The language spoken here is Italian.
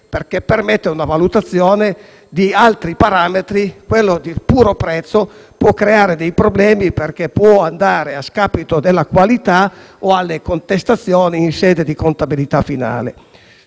perché permette una valutazione di altri parametri; mentre quello del puro prezzo può creare problemi, perché può andare a scapito della qualità o portare contestazioni in sede di contabilità finale.